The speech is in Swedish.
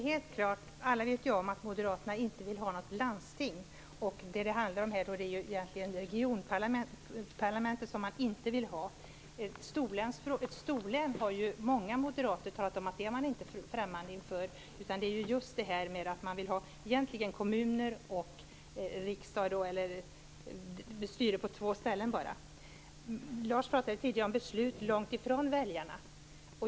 Herr talman! Alla vet om att Moderaterna inte vill ha något landsting. Vad det handlar om här är egentligen att man inte vill ha ett regionparlament. Många moderater har sagt att de inte är främmande inför ett storlän, utan vad det handlar om är att man vill ha styret på bara två ställen, i kommunen och i riksdagen. Lars Hjertén talade tidigare om beslut långt från väljarna.